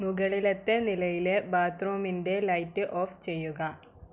മുകളിലത്തെ നിലയിലെ ബാത്രൂമിൻ്റെ ലൈറ്റ് ഓഫ് ചെയ്യുക